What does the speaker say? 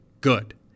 good